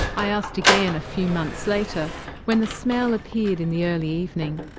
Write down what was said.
i asked again a few months later when the smell appeared in the early evening.